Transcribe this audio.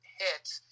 hits